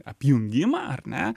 apjungimą ar ne